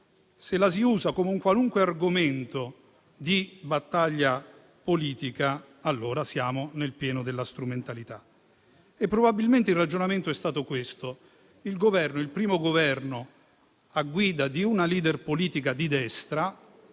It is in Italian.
se la si usa come un qualunque argomento di battaglia politica, allora siamo nel pieno della strumentalizzazione. Probabilmente il ragionamento è stato questo: il Governo, il primo Governo a guida di una *leader* politica di destra,